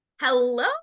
Hello